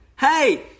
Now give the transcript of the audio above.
Hey